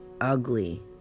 ugly